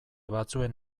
batzuen